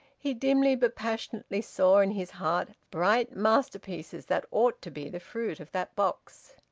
he dimly but passionately saw, in his heart, bright masterpieces that ought to be the fruit of that box.